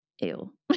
ew